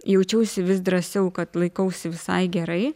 jaučiausi vis drąsiau kad laikausi visai gerai